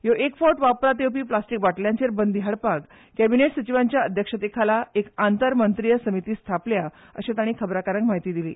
ह्यो एक फावट वापरात येवपी प्लास्टिक बाटल्यांचेर बंदी हाडपाक कॅबिनेट सचिवांच्या अध्यक्षतेखाला एक आंतर मंत्रीय समिती स्थापल्या अशे ताणी खबराकारांक म्हायती दिली